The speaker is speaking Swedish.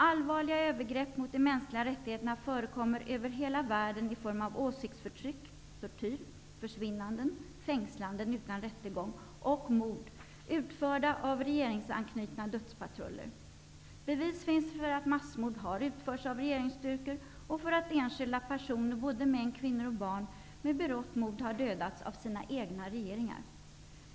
Allvarliga övergrepp mot de mänskliga rättigheterna förekommer över hela världen i form av åsiktsförtryck, tortyr, försvinnanden, fängslanden utan rättegång och mord utförda av regeringsanknutna dödspatruller. Bevis finns för att massmord har utförts av regeringsstyrkor och för att enskilda personer, både män, kvinnor och barn, med berått mod har dödats av sina egna regeringar.